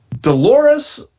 Dolores